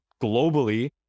globally